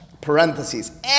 parentheses